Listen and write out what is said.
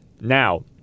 Now